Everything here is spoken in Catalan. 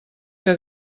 que